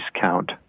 count